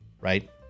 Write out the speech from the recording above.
right